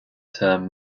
term